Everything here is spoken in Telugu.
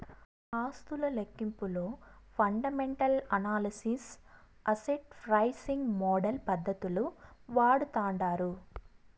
ఆస్తుల లెక్కింపులో fundamental analysis, asset pricing model పద్దతులు వాడతాండారు